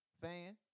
fan